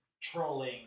trolling